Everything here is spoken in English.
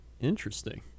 Interesting